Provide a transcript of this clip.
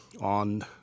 on